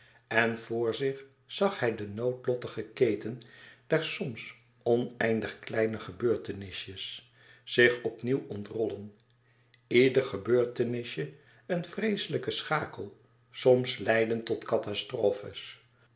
en vr zich zag hij de noodlottige keten der soms oneindig kleine gebeurtenisjes zich opnieuw ontrollen ieder gebeurtenisje een vreeslijke schakel soms leidend tot catastrofes